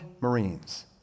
Marines